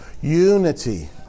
Unity